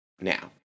now